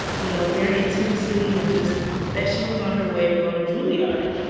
you know, very intensely and just that she was on her way to go to juilliard.